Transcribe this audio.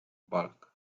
bulk